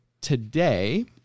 Today